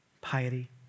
piety